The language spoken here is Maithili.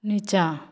नीचाँ